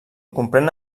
comprèn